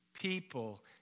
people